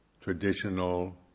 traditional